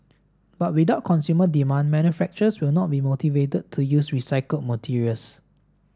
but without consumer demand manufacturers will not be motivated to use recycled materials